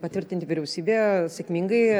patvirtinti vyriausybėj sėkmingai